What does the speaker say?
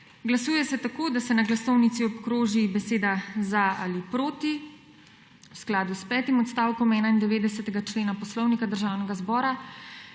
Glasuje se tako, da se na glasovnici obkroži beseda za ali proti. V skladu s petim odstavkom 91. člena Poslovnika Državnega zbora